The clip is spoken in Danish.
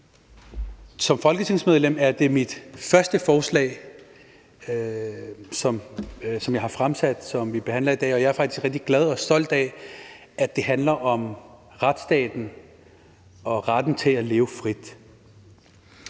Som folketingsmedlem er det mit første forslag, som jeg fremsætter og vi behandler i dag, og jeg er faktisk rigtig glad og stolt af, at det handler om retsstaten og retten til at leve frit.